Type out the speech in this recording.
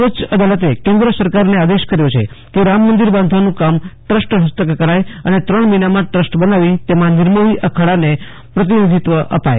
સર્વોચ્ય અદાલતે કેન્દ્ર સરકારને આદેશ કર્યો છે કે રામ મંદિર બાંધવાનું કામ ટ્રસ્ટ ફસ્તક કરાય અને ત્રણ મહિનામાં ટ્રસ્ટ બનાવી તેમાં નિર્મોહી અખાડાને પ્રતિનિધિત્વ અપાય